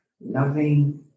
loving